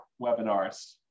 webinars